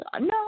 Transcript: No